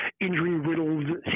injury-riddled